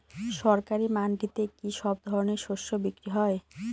সরকারি মান্ডিতে কি সব ধরনের শস্য বিক্রি হয়?